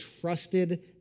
trusted